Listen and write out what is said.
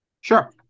Sure